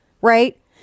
right